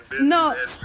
no